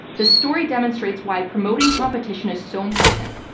the story demonstrates why promoting competition is so important.